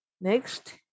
next